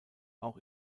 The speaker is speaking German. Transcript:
auch